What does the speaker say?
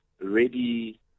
ready